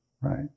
right